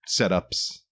setups